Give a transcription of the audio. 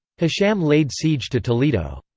hisham laid siege to toledo.